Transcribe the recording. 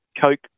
Coke